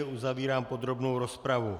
Uzavírám podrobnou rozpravu.